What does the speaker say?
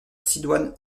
sidoine